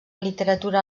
literatura